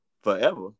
forever